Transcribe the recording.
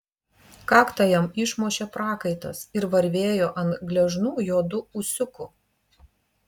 kaktą jam išmušė prakaitas ir varvėjo ant gležnų juodų ūsiukų